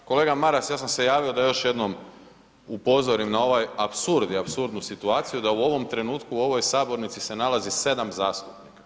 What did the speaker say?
Pa kolega Maras, ja sam se javio da još jednom upozorim na ovaj apsurd i apsurdnu situaciju da u ovom trenutku u ovoj sabornici se nalazi 7 zastupnika.